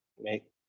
make